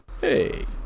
Hey